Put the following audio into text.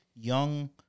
young